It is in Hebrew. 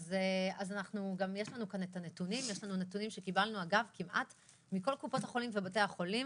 יש לנו כאן את הנתונים שקיבלנו כמעט מכל קופות החולים ובתי החולים,